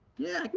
yeah,